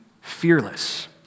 fearless